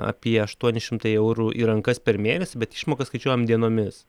apie aštuoni šimtai eurų į rankas per mėnesį bet išmoką skaičiuojam dienomis